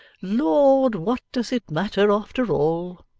lord, what does it matter, after all